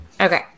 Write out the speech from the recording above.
Okay